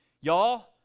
y'all